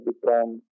become